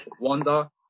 Wanda